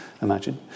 imagine